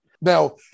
Now